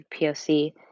POC